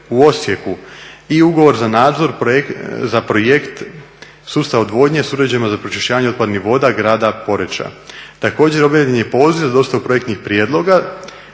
u Osijeku i ugovor za nadzor za projekt Sustav odvodnje s uređajima za pročišćavanje otpadnih voda grada Poreča. Također objavljen je i poziv za … projektnih prijedloga